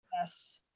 Yes